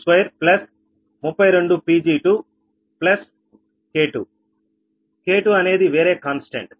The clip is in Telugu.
18 Pg2232 Pg2K2 K2 అనేది వేరే కాన్స్ టెంట్